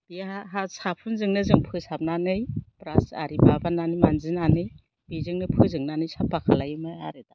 साफोन जोंनो जों फोसाबनानै ब्रास आरिजों माबानानै मानजिनानै बेजोंनो फोजोंनानै साफा खालायोमोन आरो